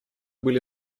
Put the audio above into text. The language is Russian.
были